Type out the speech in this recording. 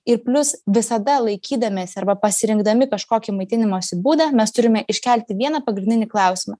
ir plius visada laikydamiesi arba pasirinkdami kažkokį maitinimosi būdą mes turime iškelti vieną pagrindinį klausimą